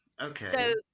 Okay